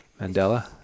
Mandela